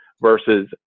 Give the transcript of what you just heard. versus